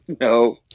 no